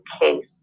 case